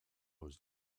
was